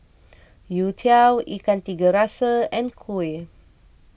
You Tiao Ikan Tiga Rasa and Kuih